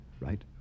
right